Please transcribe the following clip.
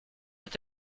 est